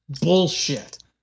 Bullshit